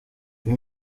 iyo